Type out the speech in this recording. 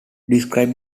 described